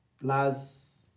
plus